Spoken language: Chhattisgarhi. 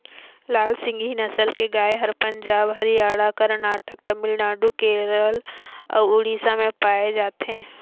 लाल सिंघी नसल के गाय हर पंजाब, हरियाणा, करनाटक, तमिलनाडु, केरल अउ उड़ीसा में पाए जाथे